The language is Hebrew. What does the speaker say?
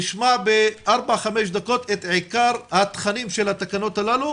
נשמע בארבע-חמש דקות את עיקר התכנים של התקנות הללו,